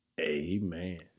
amen